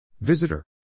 Visitor